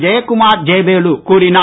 ஜெயக்குமார் ஜெயவேலு கூறினார்